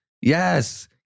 Yes